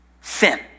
sin